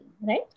right